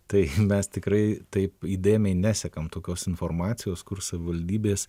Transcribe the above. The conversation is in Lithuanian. tai mes tikrai taip įdėmiai nesekam tokios informacijos kur savivaldybės